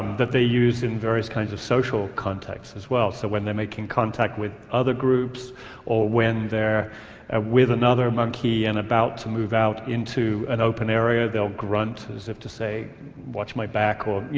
that they use in various kinds of social contexts as well. so when they're making contact with other groups or when they're ah with another monkey and about to move out into an open area they'll grunt as if to say watch my back or.